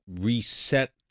reset